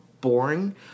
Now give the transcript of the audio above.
Boring